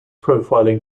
profiling